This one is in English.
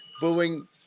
booing